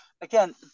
again